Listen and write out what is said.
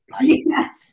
Yes